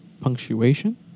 punctuation